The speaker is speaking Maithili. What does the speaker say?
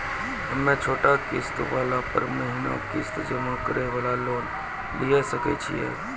हम्मय छोटा किस्त वाला पर महीना किस्त जमा करे वाला लोन लिये सकय छियै?